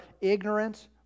ignorant